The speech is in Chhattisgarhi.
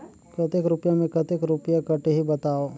कतेक रुपिया मे कतेक रुपिया कटही बताव?